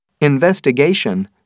Investigation